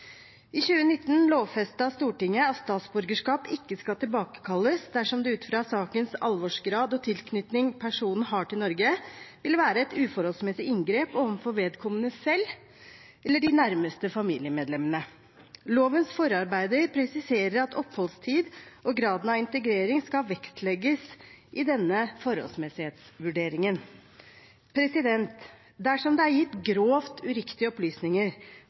I 2019 lovfestet Stortinget at statsborgerskap ikke skal tilbakekalles dersom det ut fra sakens alvorsgrad og tilknytningen personen har til Norge, vil være et uforholdsmessig inngrep overfor vedkommende selv eller de nærmeste familiemedlemmene. Lovens forarbeider presiserer at oppholdstid og graden av integrering skal vektlegges i denne forholdsmessighetsvurderingen. Dersom det er gitt grovt uriktige opplysninger,